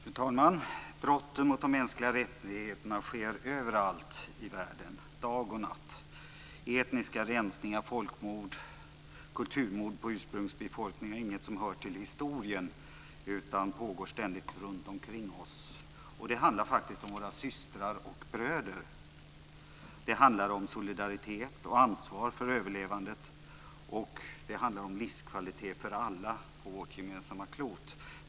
Fru talman! Brotten mot de mänskliga rättigheterna sker överallt i världen, dag och natt. Etniska rensningar, folkmord, kulturmord på ursprungsbefolkningar är inget som hör till historien, utan det pågår ständigt runtomkring oss. Det handlar faktiskt om våra systrar och bröder. Det handlar om solidaritet och ansvar för överlevandet och om livskvalitet för alla på vårt gemensamma klot.